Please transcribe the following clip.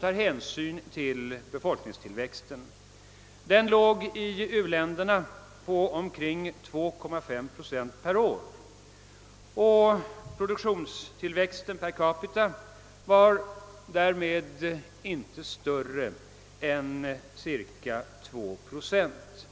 tar hänsyn till befolkningstillväxten. Denna låg i u-länderna på omkring 2,5 procent per år, och produktionstillväxten per capita blev därför inte större än cirka 2 procent.